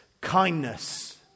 kindness